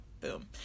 boom